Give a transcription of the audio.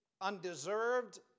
undeserved